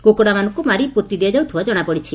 କୁକୁଡ଼ାମାନଙ୍କୁ ମାରି ପୋତି ଦିଆଯାଉଥିବା ଜଶାପଡ଼ିଛି